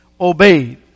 obeyed